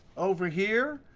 over here,